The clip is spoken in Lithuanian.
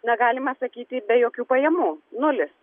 na galima sakyti be jokių pajamų nulis